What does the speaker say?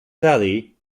valley